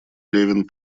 левин